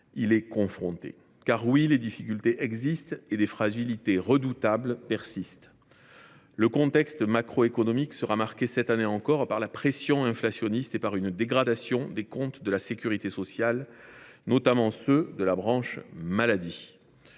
sommes confrontés. Car, oui, des difficultés existent et des fragilités redoutables persistent. Le contexte macroéconomique sera marqué cette année encore par la pression inflationniste et par une dégradation des comptes de la sécurité sociale, notamment ceux de la branche maladie,